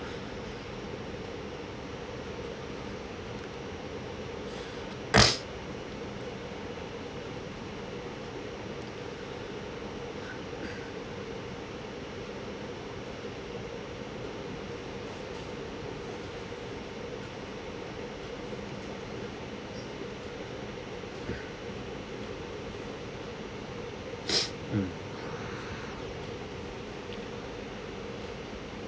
hmm